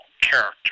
character